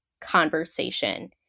conversation